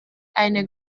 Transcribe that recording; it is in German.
eine